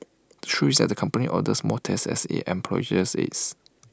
the truth is that company orders more tests as its employees